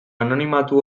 anonimatu